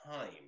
time